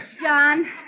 John